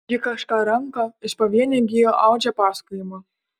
ji kažką renka iš pavienių gijų audžia pasakojimą